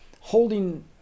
holding